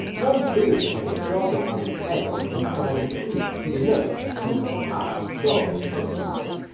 one theory is that it started as an a inside an e to denote each at rather than just at.